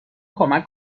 کمک